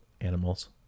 animals